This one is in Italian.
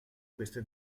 queste